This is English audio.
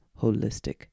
holistic